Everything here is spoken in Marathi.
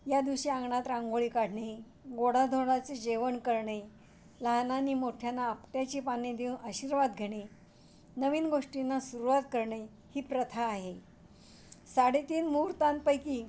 या दिवशी अंगणात रांगोळी काढणे गोडाधोडाचं जेवण करणे लहानांनी मोठ्यांना आपट्याची पाने देऊन आशीर्वाद घेणे नवीन गोष्टींना सुरुवात करणे ही प्रथा आहे साडेतीन मुहुर्तांपैकी